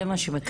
זה מה שמקבלים.